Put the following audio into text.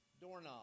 Doorknob